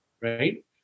right